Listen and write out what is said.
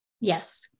Yes